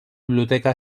biblioteca